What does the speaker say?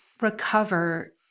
recover